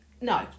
no